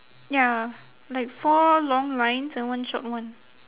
ya like four long lines and one short one